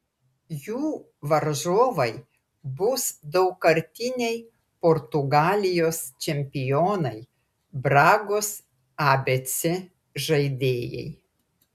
jų varžovai bus daugkartiniai portugalijos čempionai bragos abc žaidėjai